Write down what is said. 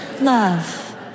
Love